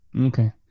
Okay